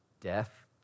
death